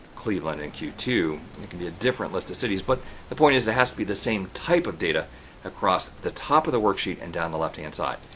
cleveland in q two. there can be a different list of cities but the point is there has to be the same type of data across the top of the worksheet and down the left hand side.